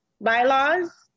bylaws